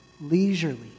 leisurely